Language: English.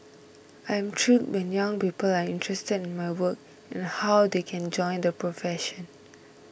I am thrilled when young people are interested in my work and how they can join the profession